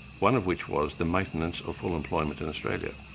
one of which was the maintenance of full employment in australia.